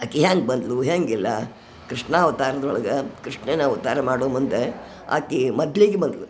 ಆಕಿ ಹ್ಯಂಗ ಬಂದಳು ಹೇಗೆಲ್ಲಾ ಕೃಷ್ಣ ಅವತಾರದೊಳಗೆ ಕೃಷ್ಣನ ಅವತಾರ ಮಾಡೋ ಮುಂದೆ ಆಕಿ ಮೊದಲಿಗೆ ಬಂದಳು